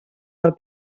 del